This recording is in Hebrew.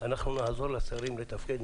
אנחנו נעזור לשרים לתפקד,